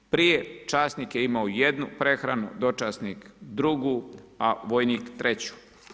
Prije časnik je imao jednu prehranu, dočasnik drugu a vojnik treću.